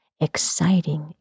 Exciting